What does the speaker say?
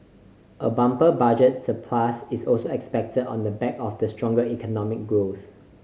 a bumper Budget surplus is also expected on the back of the stronger economic growth